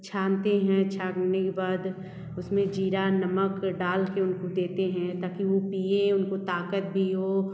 छानते है छानने के बाद उसमें ज़ीरा नमक डाल के उनको देते हैं ताकि वो पिए उनको ताक़त भी हो